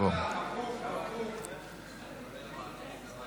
שתקבע ועדת הכנסת נתקבלה.